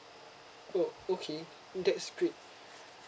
oh okay that's great